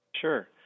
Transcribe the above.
Sure